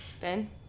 Ben